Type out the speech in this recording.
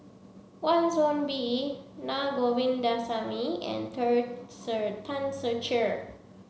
Wan Soon Bee Na Govindasamy and Ter Ser Tan Ser Cher